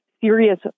serious